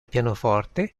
pianoforte